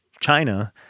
China